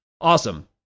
Awesome